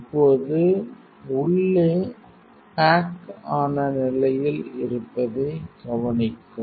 இப்போது உள்ளே பேக் ஆன் நிலையில் இருப்பதை கவனிக்கும்